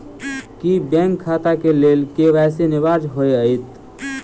की bank खाता केँ लेल के.वाई.सी अनिवार्य होइ हएत?